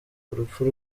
urupfu